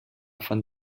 von